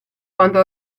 quanto